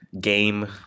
game